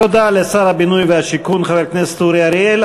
תודה לשר הבינוי והשיכון, חבר הכנסת אורי אריאל.